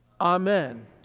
Amen